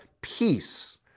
peace